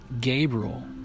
Gabriel